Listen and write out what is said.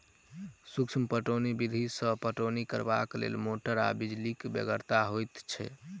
सूक्ष्म पटौनी विधि सॅ पटौनी करबाक लेल मोटर आ बिजलीक बेगरता होइत छै